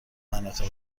مناطق